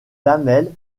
lamelles